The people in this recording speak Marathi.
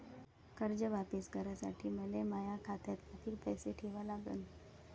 कर्ज वापिस करासाठी मले माया खात्यात कितीक पैसे ठेवा लागन?